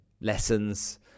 lessons